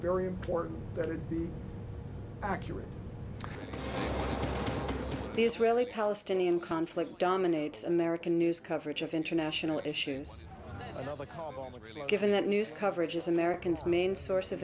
very important that it be accurate this really palestinian conflict dominates american news coverage of international issues given that news coverage is americans means source of